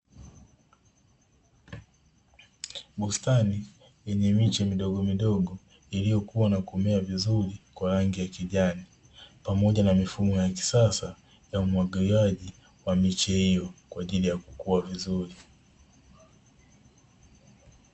Bustani yenye miche midogo midogo iliyokua na kumea vizuri kwa rangi ya kijani, pamoja na mifumo ya kisasa ya umwagiliaji wa miche hiyo kwa ajili ya kukua vizuri.